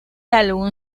álbum